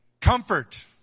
comfort